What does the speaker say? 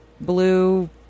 blue